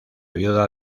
viuda